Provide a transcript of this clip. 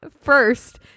first